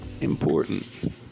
important